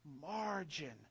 margin